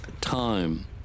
time